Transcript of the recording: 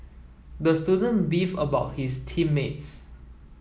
the student beefed about his team mates